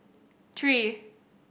three